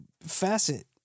facet